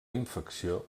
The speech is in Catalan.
infecció